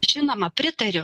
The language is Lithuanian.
žinoma pritariu